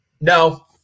No